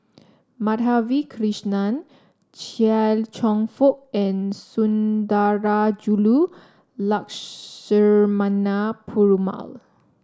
Madhavi Krishnan Chia Cheong Fook and Sundarajulu Lakshmana Perumal